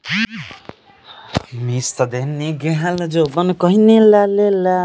खाद्य के सही मात्रा केतना होखेला?